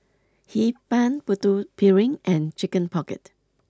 Hee Pan Putu Piring and Chicken Pocket